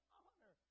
honor